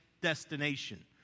destination